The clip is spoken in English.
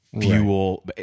fuel